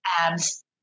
Abs